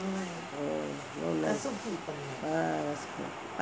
mm not nice